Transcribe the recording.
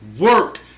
work